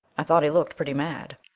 i thought he looked pretty mad.